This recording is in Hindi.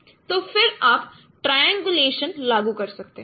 तो फिर आप ट्रायंगुलेशन लागू कर सकते हैं